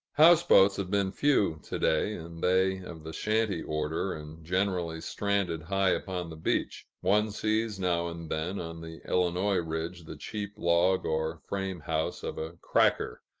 houseboats have been few, to-day, and they of the shanty order and generally stranded high upon the beach. one sees now and then, on the illinois ridge, the cheap log or frame house of a cracker,